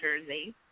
Jersey